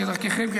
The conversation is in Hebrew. כדרככם,